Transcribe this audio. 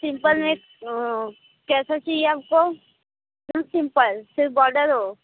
simple में कैसा चाहिए आपको सिर्फ़ सिंपल सिर्फ़ बॉर्डर हो